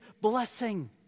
blessing